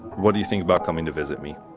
what do you think about coming to visit me?